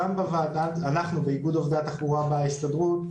באיגוד עובדי התחבורה בהסתדרות,